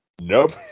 Nope